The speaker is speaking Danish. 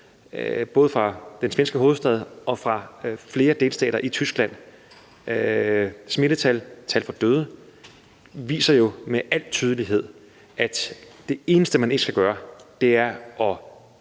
både fra den svenske hovedstad og fra flere delstater i Tyskland, med al tydelighed, at det eneste, man ikke skal gøre, er at